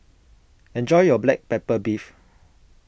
enjoy your Black Pepper Beef